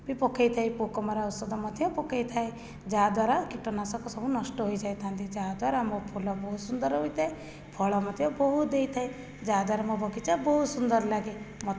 ବି ପକାଇଥାଏ ପୋକମରା ଔଷଧ ମଧ୍ୟ ପକାଇଥାଏ ଯାହାଦ୍ଵାରା କୀଟନାଶକ ସବୁ ନଷ୍ଟ ହୋଇଯାଇଥାନ୍ତି ଯାହା ଦ୍ଵାରା ମୋ ଫୁଲ ବହୁତ ସୁନ୍ଦର ହୋଇଥାଏ ଫଳ ମଧ୍ୟ ବହୁତ ହୋଇଥାଏ ଯାହାଦ୍ଵାରା ମୋ ବଗିଚା ବହୁତ ସୁନ୍ଦର ଲାଗେ ମୋତେ